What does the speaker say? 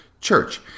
Church